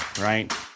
right